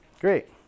Great